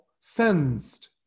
sensed